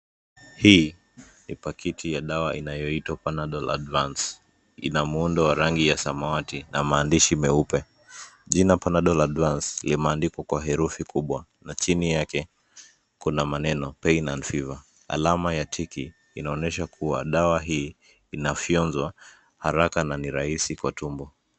Hii ni pakiti ya dawa inayoitwa Panadol Advance. Ina muundo wa rangi ya samawati na maandishi meupe. Jina Panadol Advance, limeandikwa kwa herufi kubwa na chini yake kuna maneno pain and fever . Alama ya tiki inaonyesha kuwa dawa hii inafyonzwa haraka na ni rahisi kwa tumbo.